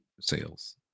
sales